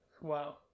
Wow